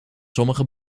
sommige